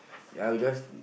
I'll guess